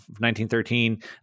1913